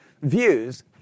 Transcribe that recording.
views